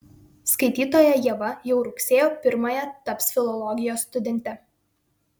skaitytoja ieva jau rugsėjo pirmąją taps filologijos studente